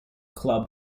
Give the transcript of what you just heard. club